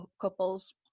couples